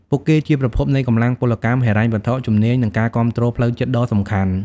ពួកគេជាប្រភពនៃកម្លាំងពលកម្ម ហិរញ្ញវត្ថុ ជំនាញ និងការគាំទ្រផ្លូវចិត្តដ៏សំខាន់។